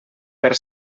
per